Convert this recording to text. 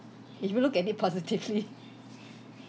if you look at it positively